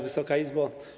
Wysoka Izbo!